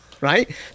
right